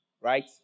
right